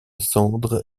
cendres